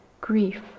grief